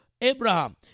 Abraham